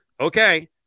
Okay